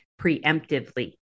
preemptively